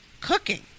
cooking